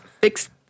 fixed